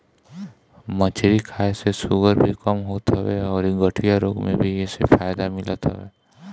मछरी खाए से शुगर भी कम होत हवे अउरी गठिया रोग में भी एसे फायदा मिलत हवे